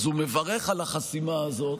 הוא מברך על החסימה הזאת,